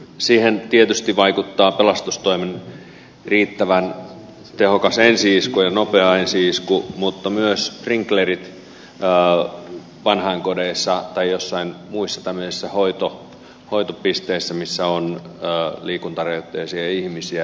siihen tietysti vaikuttaa pelastustoimen riittävän tehokas ja nopea ensi isku mutta myös sprinklerit vanhainkodeissa tai joissain muissa tämmöisissä hoitopisteissä joissa on liikuntarajoitteisia ihmisiä